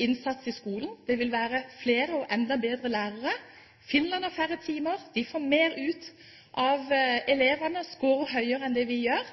innsats i skolen, det vil være flere og enda bedre lærere. Finland har færre timer. De får mer ut av elevene, skårer høyere enn det vi gjør,